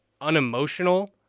unemotional